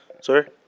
Sorry